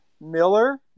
Miller